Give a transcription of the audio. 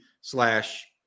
slash